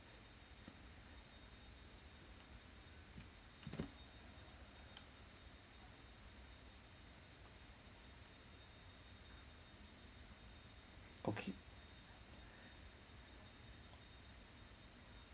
okay